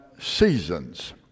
seasons